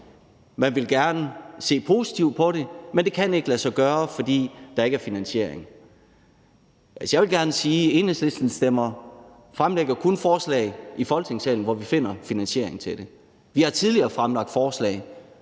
at man gerne vil se positivt på det, men at det ikke kan lade sig gøre, fordi der ikke er finansiering. Jeg vil gerne sige, at Enhedslisten kun fremsætter forslag i Folketingssalen, vi finder finansiering til. Vi har tidligere fremsat forslag